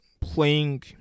playing